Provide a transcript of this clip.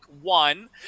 one